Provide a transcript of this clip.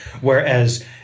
whereas